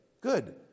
Good